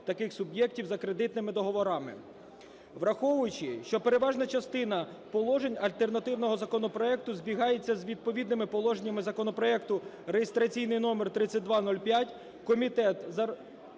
таких суб'єктів за кредитними договорами. Враховуючи, що переважна частина положень альтернативного законопроекту збігається з відповідними положеннями законопроекту реєстраційний номер 3205, комітет за